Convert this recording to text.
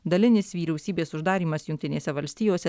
dalinis vyriausybės uždarymas jungtinėse valstijose